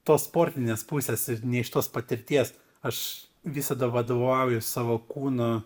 tos sportinės pusės ir ne iš tos patirties aš visada vadovaujuos savo kūnu